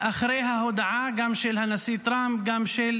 אחרי ההודעה של הנשיא טראמפ, גם של